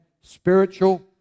spiritual